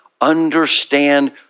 understand